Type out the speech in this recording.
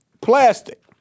plastic